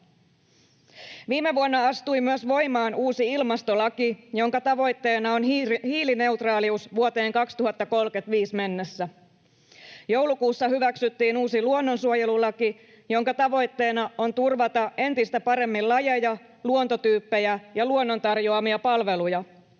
Viime vuonna astui voimaan myös uusi ilmastolaki, jonka tavoitteena on hiilineutraa-lius vuoteen 2035 mennessä. Joulukuussa hyväksyttiin uusi luonnonsuojelulaki, jonka tavoitteena on turvata entistä paremmin lajeja, luontotyyppejä ja luonnon tarjoamia palveluja.